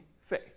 faith